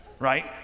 right